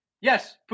yes